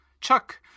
Chuck